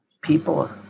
People